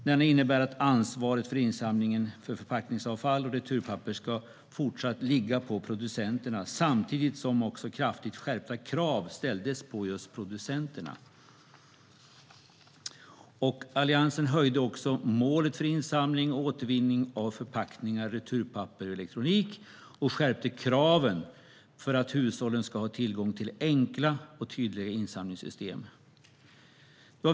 Denna innebär att ansvaret för insamlingen av förpackningsavfall och returpapper ska fortsätta att ligga på producenterna, samtidigt som kraftigt skärpta krav ställdes på just producenterna. Alliansen höjde också målet för insamling och återvinning av förpackningar, returpapper och elektronik och skärpte kraven för att hushållen ska ha tillgång till enkla och tydliga insamlingssystem.